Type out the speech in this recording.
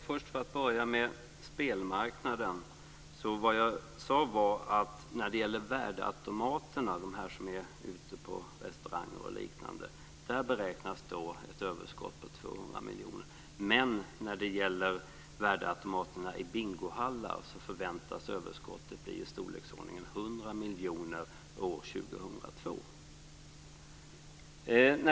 Fru talman! Jag börjar med frågan om spelmarknaden. Vad jag sade var att det från de värdeautomater som finns ute på restauranger och liknande beräknas ett överskott på 200 miljoner. Men överskottet från de värdeautomater som finns i bingohallar förväntas överskottet bli i storleksordningen 100 miljoner år 2002.